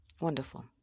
Wonderful